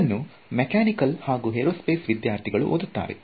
ಇದನ್ನು ಮೆಕ್ಯಾನಿಕಲ್ ಮತ್ತು ಏರೋಸ್ಪೇಸ್ ವಿದ್ಯಾರ್ಥಿಗಳು ಓದುತ್ತಾರೆ